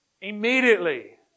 immediately